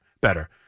Better